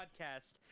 podcast